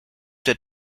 der